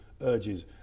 urges